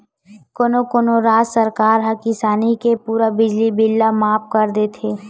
कोनो कोनो राज सरकार ह किसानी के पूरा बिजली बिल ल माफ कर देथे